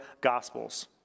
Gospels